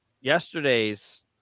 yesterday's